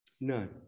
None